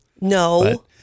no